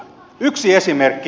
yksi esimerkki